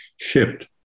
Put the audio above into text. shipped